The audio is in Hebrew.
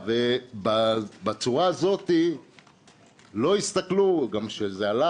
בצורה הזאת לא הסתכלו גם כשעלה